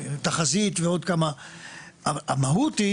תחזית ועוד כמה דברים,